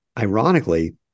ironically